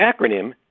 acronym